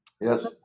Yes